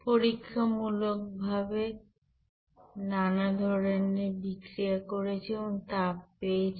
পরীক্ষামূলকভাবে ধরনের বিক্রিয়া করেছি এবং তাপ পেয়েছি